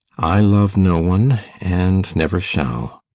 i love no one, and never shall!